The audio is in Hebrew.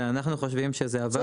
כן אנחנו חושבים שזה עבד.